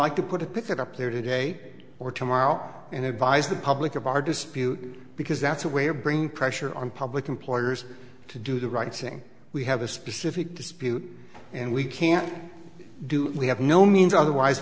like to put it pick it up there today or tomorrow and advise the public of our dispute because that's a way of bringing pressure on public employers to do the right thing we have a specific dispute and we can't do we have no means otherwise